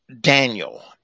Daniel